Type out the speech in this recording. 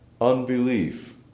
unbelief